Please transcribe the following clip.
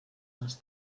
les